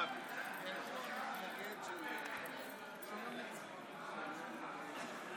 שלוש דקות עומדות לרשותך.